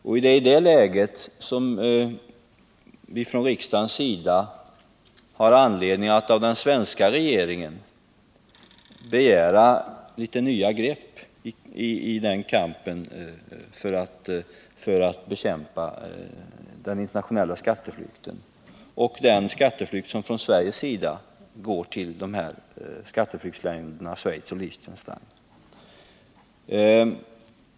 Det är i det läget som vi från riksdagens sida har anledning att av den svenska regeringen begära litet nya grepp i kampen för att bekämpa den internationella skatteflykten och den skatteflykt som sker från Sverige till skatteflyktsländerna Schweiz och Liechtenstein.